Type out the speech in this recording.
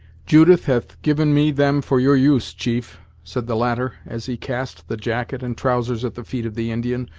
judith hath given me them for your use, chief, said the latter, as he cast the jacket and trousers at the feet of the indian,